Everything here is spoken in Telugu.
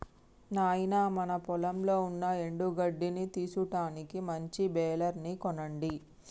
నాయినా మన పొలంలో ఉన్న ఎండు గడ్డిని తీసుటానికి మంచి బెలర్ ని కొనండి